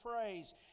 praise